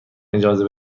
اجازه